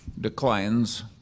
declines